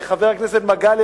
חבר הכנסת מגלי,